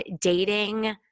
dating